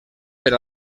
per